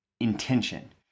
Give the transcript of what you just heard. intention